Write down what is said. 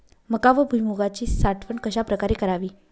मका व भुईमूगाची साठवण कशाप्रकारे करावी?